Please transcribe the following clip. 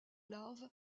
larves